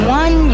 one